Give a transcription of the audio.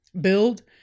build